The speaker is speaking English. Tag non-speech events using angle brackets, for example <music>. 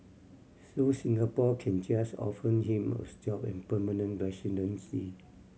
so Singapore can just offer Jim a <unintelligible> job and permanent residency